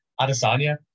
Adesanya